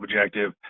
objective